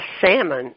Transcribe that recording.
salmon